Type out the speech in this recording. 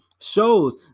shows